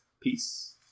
Peace